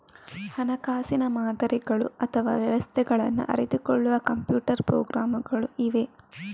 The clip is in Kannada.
ಹಣಕಾಸಿನ ಮಾದರಿಗಳು ಅಥವಾ ವ್ಯವಸ್ಥೆಗಳನ್ನ ಅರಿತುಕೊಳ್ಳುವ ಕಂಪ್ಯೂಟರ್ ಪ್ರೋಗ್ರಾಮುಗಳು ಇವೆ